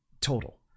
total